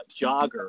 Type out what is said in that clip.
jogger